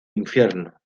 infierno